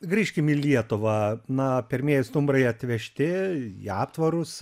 grįžkim į lietuvą na pirmieji stumbrai atvežti į aptvarus